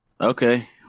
Okay